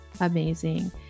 amazing